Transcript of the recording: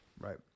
Right